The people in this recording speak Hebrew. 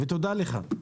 ותודה לך.